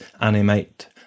animate